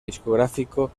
discográfico